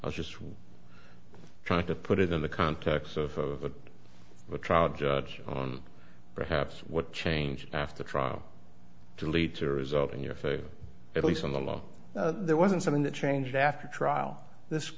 i was just trying to put it in the context of a trial judge perhaps what changed after trial to lead to result in your favor at least in the law there wasn't something that changed after trial this